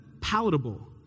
palatable